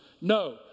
No